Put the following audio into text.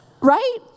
right